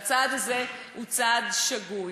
שהצעד הזה הוא צעד שגוי.